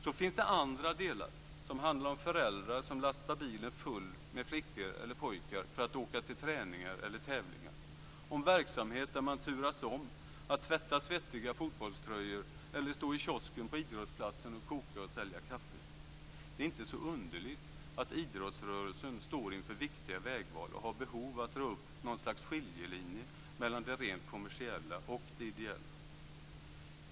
Så finns det andra delar som handlar om föräldrar som lastar bilen full med flickor eller pojkar för att åka till träningar eller tävlingar, om verksamhet där man turas om att tvätta svettiga fotbollströjor eller stå i kiosken på idrottsplatsen och koka och sälja kaffe. Det är inte så underligt att idrottsrörelsen står inför viktiga vägval och har behov av att dra upp något slags skiljelinje mellan det rent kommersiella och det ideella.